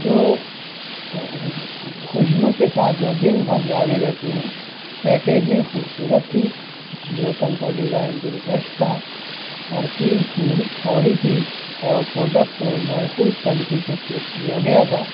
جو خوشبو کے ساتھ جو دن بھر جاری رہتی ہے پیکیجنگ خوبصورت تھی بوتل کا ڈیزائن دلکش تھا ترسیل فور فوری تھی اور پروڈکٹ کو محفوظ طریقے سے پیک کیا گیا تھا